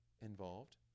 involved